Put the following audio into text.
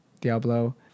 Diablo